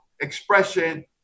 expression